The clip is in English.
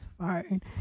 phone